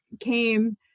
came